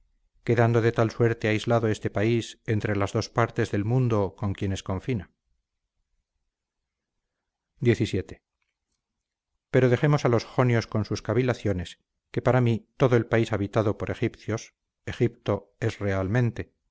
quedando de tal suerte aislado este país entre las dos partes del mundo con quienes confina xvii pero dejemos a los jonios con sus cavilaciones que para mí todo el país habitado por egipcios egipto es realmente